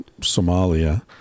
Somalia